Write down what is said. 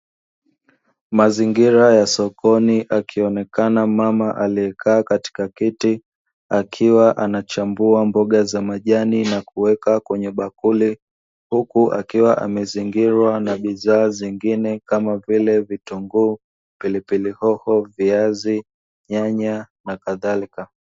Mazingira ya sokoni akionekana mama aliyekaa katika kiti akiwa anachambua mboga za majani na kuweka kwenye bakuli, huku akiwa amezingirwa na bidhaa zingine kama vile: vitunguu, pilipili hoho, viazi, nyanya, na kadhalika.